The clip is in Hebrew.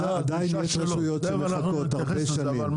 זה הדרישה של שר הפנים.